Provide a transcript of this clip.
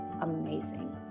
amazing